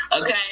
okay